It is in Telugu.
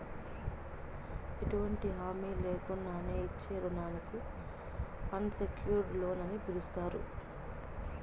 ఎటువంటి హామీ లేకున్నానే ఇచ్చే రుణానికి అన్సెక్యూర్డ్ లోన్ అని పిలస్తారు